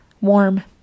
warm